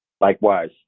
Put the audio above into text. Likewise